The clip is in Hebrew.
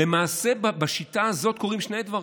למעשה, בשיטה הזאת קורים שני דברים: